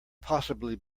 possibly